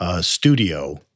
studio